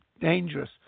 Dangerous